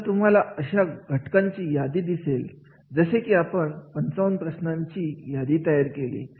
आता तुम्हाला अशा घटकांची यादी दिसेल जसे की आपण 55 प्रश्नांची यादी तयार केली